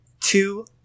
Two